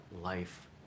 life